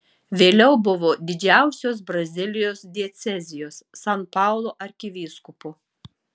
vėliau buvo didžiausios brazilijos diecezijos san paulo arkivyskupu